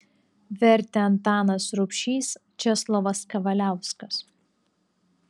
vertė antanas rubšys česlovas kavaliauskas